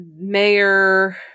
mayor